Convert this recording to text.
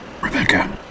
Rebecca